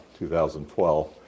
2012